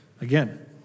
Again